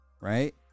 Right